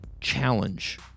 Challenge